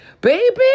baby